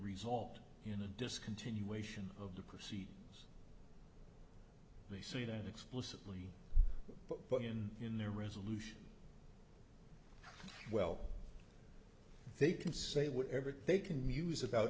result in a discontinuation of the proceedings they see don't explicitly but in their resolution well they can say whatever they can muse about